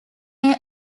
may